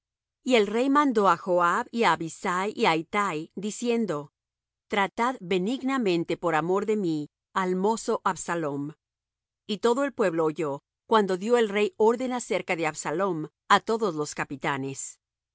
y el rey mandó á joab y á abisai y á ittai diciendo tratad benignamente por amor de mí al mozo absalom y todo el pueblo oyó cuando dió el rey orden acerca de absalom á todos los capitanes